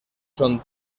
son